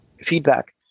feedback